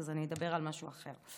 אז אני אדבר על משהו אחר.